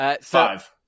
Five